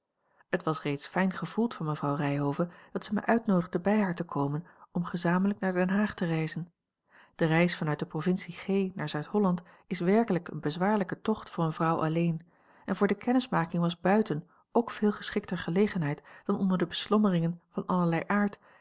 het was reeds fijn gevoeld van mevrouw ryhove dat ze mij uitnoodigde bij haar te komen om gezamenlijk naar den haag te reizen de reis van uit de provincie g naar zuid-holland is werkelijk een bezwaarlijke tocht voor eene vrouw alleen en voor de kennismaking was buiten ook veel geschikter gelegenheid dan onder de beslommeringen van allerlei aard